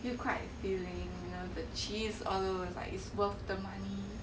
又 quite filling you know the cheese all those it's like it's worth the money